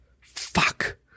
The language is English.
Fuck